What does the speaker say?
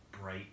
bright